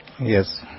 Yes